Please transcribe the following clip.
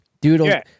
Doodle